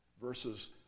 verses